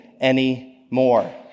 anymore